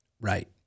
Right